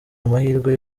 amahirwe